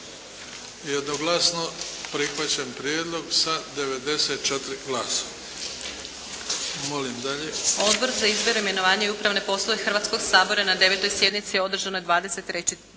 Jednoglasno prihvaćen prijedlog sa 94 glasa.